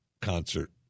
concert